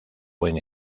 buen